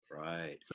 Right